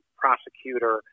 prosecutor